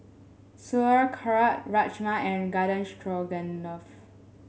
Sauerkraut Rajma and Garden Stroganoff